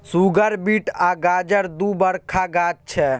सुगर beet आ गाजर दु बरखा गाछ छै